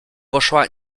poszła